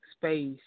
space